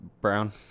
brown